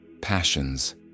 passions